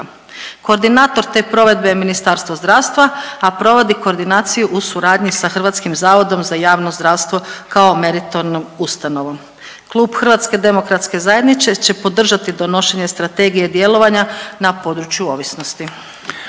Koordinator te provedbe je Ministarstvo zdravstva, a provodi koordinaciju u suradnji sa Hrvatskim zavodom za javno zdravstvo kao meritornom ustanovom. Klub Hrvatske demokratske zajednice će podržati donošenje Strategije djelovanja na području ovisnosti.